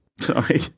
Sorry